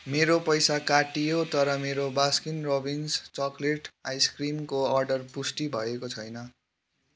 मेरो पैसा काटियो तर मेरो बास्किन रोबिन्स चकलेट आइसक्रिमको अर्डर पुष्टि भएको छैन